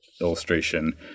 illustration